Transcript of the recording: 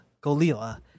Golila